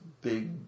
big